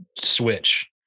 switch